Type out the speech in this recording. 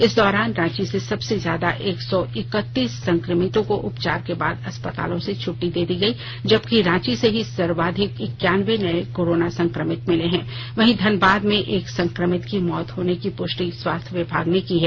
इस दौरान रांची से सबसे ज्यादा एक सौ एकतीस संक्रमितों को उपचार के बाद अस्पतालों से छट्टी दे दी गई जबकि रांची से ही सर्वाधिक इक्यान्बे नए कोरोना संक्रमित मिले हैं वहीं धनबाद में एक संक्रमित की मौत होने की पुष्टि स्वास्थ्य विभाग ने की है